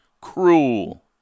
cruel